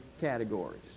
categories